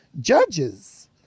judges